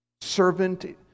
servant